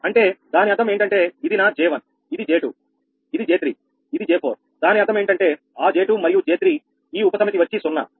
అంటే దాని అర్థం ఏంటంటే ఇది నా J1ఇది J2ఇది J3ఇది J4 దాని అర్థం ఏంటంటే ఆ J2 మరియు J3 ఈ ఉపసమితి వచ్చి 0